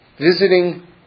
visiting